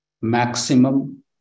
maximum